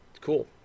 Cool